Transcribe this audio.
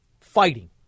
fighting